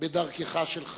בדרכך שלך.